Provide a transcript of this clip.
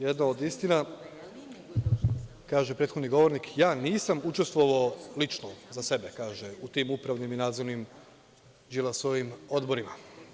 Jedna od istina, kaže prethodni govornik, ja nisam učestvovao lično za sebe, kaže, u tim upravnim i nadzornim Đilasovim odborima.